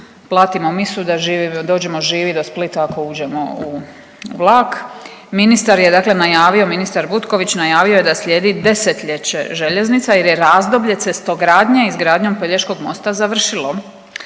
platimo misu da dođemo živi do Splita ako uđemo u vlak. Ministar je dakle najavio, ministar Butković najavio je da slijedi desetljeće željeznica jer je razdoblje cestogradnje izgradnjom Pelješkog mosta završilo.